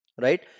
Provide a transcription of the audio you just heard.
right